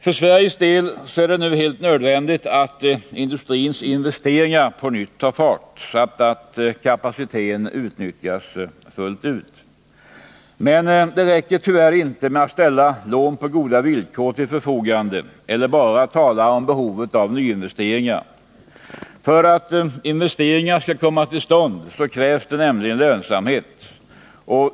För Sveriges del är det nu helt nödvändigt att industrins investeringar på nytt tar fart samt att kapaciteten kan utnyttjas fullt ut. Men det räcker tyvärr inte med att ställa lån på goda villkor till förfogande eller att bara tala om behovet av nyinvesteringar. För att investeringar skall komma till stånd krävs nämligen lönsamhet.